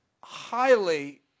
highly